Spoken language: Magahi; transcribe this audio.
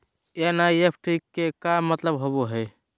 एन.ई.एफ.टी के का मतलव होव हई?